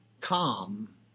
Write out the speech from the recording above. calm